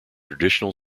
traditional